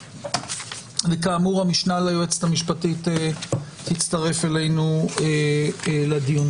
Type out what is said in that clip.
כאמור המשנה ליועצת המשפטית תצטרף אלינו לדיון.